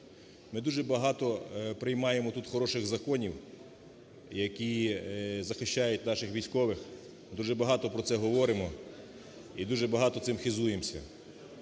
Ми дуже багато приймаємо тут хороших законів, які захищають наших військових, дуже багато про це говоримо і дуже багато цим хизуємося.